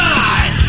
God